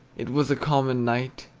it was a common night,